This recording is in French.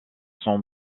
son